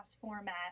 format